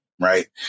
Right